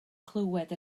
clywed